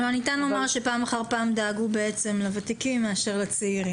כלומר ניתן לומר שפעם אחר פעם דאגו לוותיקים יותר מאשר לצעירים.